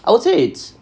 I would say it's